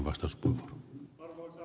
arvoisa puhemies